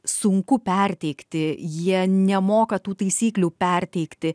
sunku perteikti jie nemoka tų taisyklių perteikti